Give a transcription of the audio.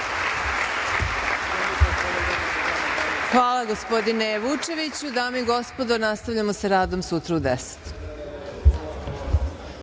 Hvala, gospodine Vučeviću. Dame i gospodo, nastavljamo sa radom sutra u 10.00